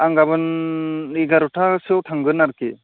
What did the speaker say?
आं गाबोन एघार'टासोआव थांगोन आरोखि